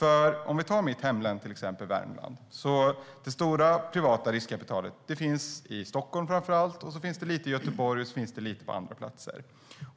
Låt oss ta mitt hemlän Värmland som exempel. Det stora privata riskkapitalet finns framför allt i Stockholm, och sedan finns det lite i Göteborg och också lite på andra platser.